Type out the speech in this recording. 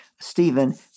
Stephen